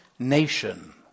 Nation